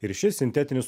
ir šis sintetinis